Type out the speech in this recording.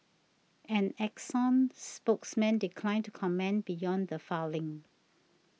an Exxon spokesman declined to comment beyond the filing